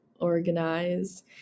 organize